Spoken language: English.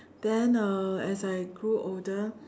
then uh as I grew older